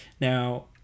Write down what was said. Now